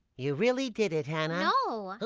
you really did it, hanah no!